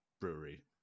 brewery